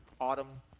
autumn